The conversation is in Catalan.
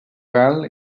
gal